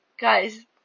guys